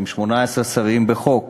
עם 18 שרים בחוק